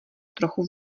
trochu